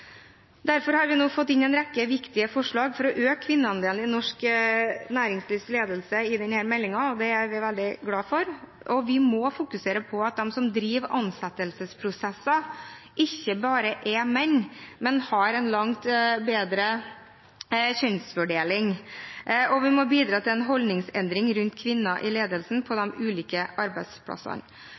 Derfor har vi nå fått inn en rekke viktige forslag for å øke kvinneandelen i norsk næringslivsledelse i denne meldingen, og det er vi veldig glade for. Vi må fokusere på at det ikke bare er menn som driver ansettelsesprosesser, men ha en langt bedre kjønnsfordeling, og vi må bidra til en holdningsendring rundt kvinner i ledelsen på de ulike arbeidsplassene.